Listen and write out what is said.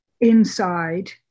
inside